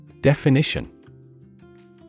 Definition